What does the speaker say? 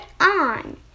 on